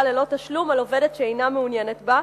ללא תשלום על עובדת שאינה מעוניינת בה,